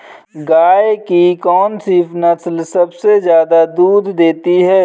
गाय की कौनसी नस्ल सबसे ज्यादा दूध देती है?